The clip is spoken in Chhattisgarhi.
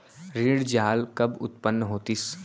ऋण जाल कब उत्पन्न होतिस?